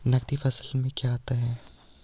नकदी फसलों में क्या आता है?